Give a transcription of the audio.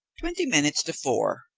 twenty minutes to four,